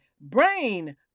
brain